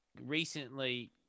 recently